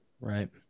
Right